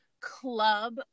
Club